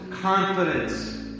confidence